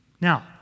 Now